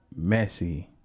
Messi